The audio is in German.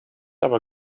aber